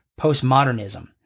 postmodernism